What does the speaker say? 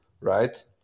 right